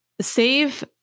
save